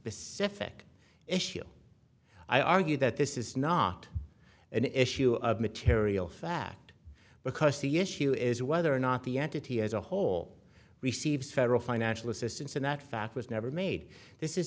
specific issue i argue that this is not an issue of material fact because the issue is whether or not the entity as a whole receives federal financial assistance and that fact was never made this is